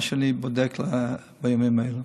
מה שאני בודק בימים אלה.